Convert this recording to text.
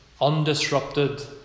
undisrupted